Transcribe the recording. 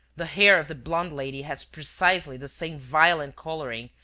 the hair of the blonde lady has precisely the same violent colouring,